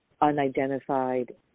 unidentified